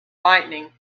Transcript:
lighting